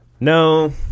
No